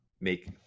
make